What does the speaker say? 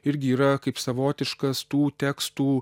irgi yra kaip savotiškas tų tekstų